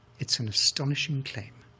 it's an astonishing claim.